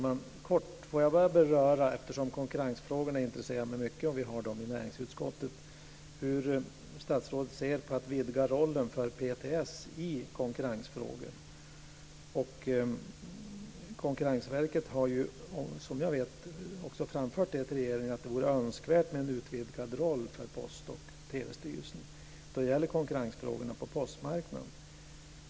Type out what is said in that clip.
Fru talman! Jag ska kortfattat beröra konkurrensfrågorna eftersom de intresserar mig mycket och vi arbetar med dem i näringsutskottet. Jag undrar hur statsrådet ser på att vidga rollen för PTS i konkurrensfrågor. Konkurrensverket har ju som jag vet också framfört till regeringen att det vore önskvärt med en utvidgad roll för Post och telestyrelsen när det gäller konkurrensfrågorna på postmarknaden.